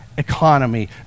economy